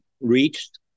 reached